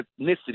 ethnicity